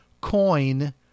Coin